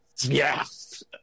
Yes